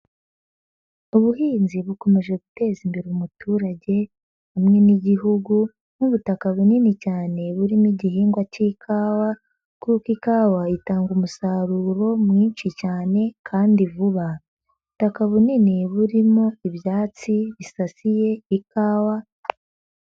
Ubuhinzi bukomeje guteza imbere umuturage hamwe n'igihugu nk'ubutaka bunini cyane burimo igihingwa cy'ikawa kuko ikawa itanga umusaruro mwinshi cyane kandi vuba, ubutaka bunini burimo ibyatsi bisasiye ikawa.